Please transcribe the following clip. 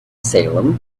salem